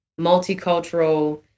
multicultural